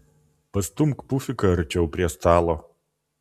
pastumk pufiką arčiau prie stalo